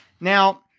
Now